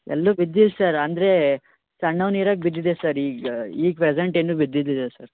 ಎಲ್ಲು ಬಿದ್ದಿಲ್ಲ ಸರ್ ಅಂದರೆ ಸಣ್ಣವನು ಇರುವಾಗ್ ಬಿದ್ದಿದ್ದೆ ಸರ್ ಈಗ ಈಗ ಪ್ರಸಂಟ್ ಏನೂ ಬಿದ್ದಿದ್ದಿಲ್ಲ ಸರ್